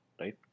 right